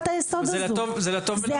זו עבודה ככל עבודה,